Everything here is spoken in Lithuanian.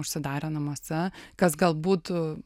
užsidarę namuose kas gal būtų